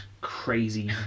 crazy